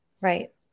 Right